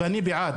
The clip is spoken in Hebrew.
ואני בעד,